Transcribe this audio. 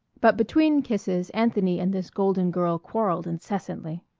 but between kisses anthony and this golden girl quarrelled incessantly.